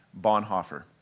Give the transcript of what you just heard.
Bonhoeffer